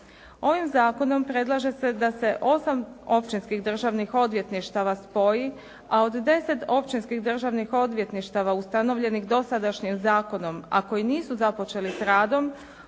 Ovim zakonom predlaže se da se osam općinskih državnih odvjetništava spoji a od 10 općinskih državnih odvjetništava ustanovljenih dosadašnjih zakonom ako i nisu započeli sa radom